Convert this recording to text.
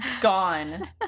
gone